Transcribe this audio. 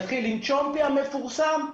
נתחיל עם צ'ומפי המפורסם,